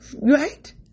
Right